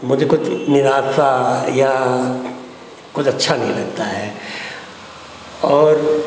मुझे कुछ निराशा या कुछ अच्छा नहीं लगता है और